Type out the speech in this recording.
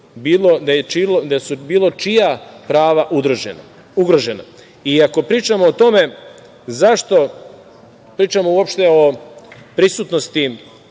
da su bilo čija prava ugrožena. Ako pričamo o tome zašto, a pričamo uopšte o prisutnosti